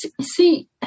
see